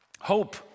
Hope